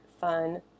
fun